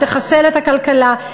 היא תחסל את הכלכלה,